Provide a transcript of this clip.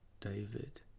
David